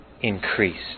increased